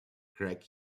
greg